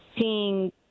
seeing